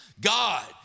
God